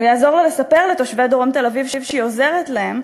הוא יעזור לה לספר לתושבי דרום תל-אביב שהיא עוזרת להם,